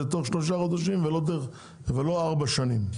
תוך שלושה חודשים ולא תוך ארבע שנים.